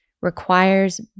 requires